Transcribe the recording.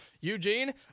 Eugene